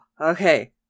okay